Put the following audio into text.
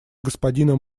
господина